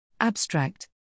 Abstract